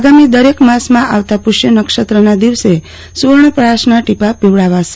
આગામી દરેક માસમાં આવતા પુષ્ય નક્ષત્રના દિવસે સુવર્ણપ્રાસના ટીપાં પીવડાવાશે